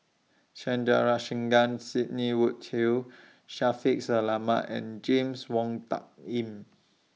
Sandrasegaran Sidney Woodhull Shaffiq Selamat and James Wong Tuck Yim